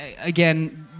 again